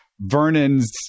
vernon's